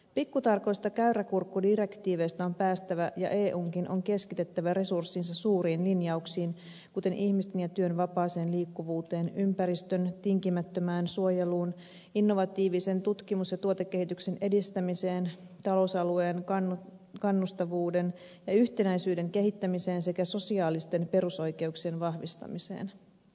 pikkutarkoista käyräkurkkudirektiiveistä on päästävä ja eunkin on keskitettävä resurssinsa suuriin linjauksiin kuten ihmisten ja työn vapaaseen liikkuvuuteen ympäristön tinkimättömään suojeluun innovatiivisen tutkimus ja tuotekehityksen edistämiseen talousalueen kannustavuuden ja yhtenäisyyden kehittämiseen sekä sosiaalisten perusoikeuksien vahvistamiseen